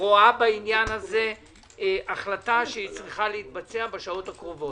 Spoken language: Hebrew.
רואה בעניין הזה החלטה שצריכה להתבצע בשעות הקרובות.